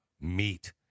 meat